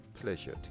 pleasure